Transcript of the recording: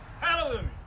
Hallelujah